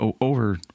over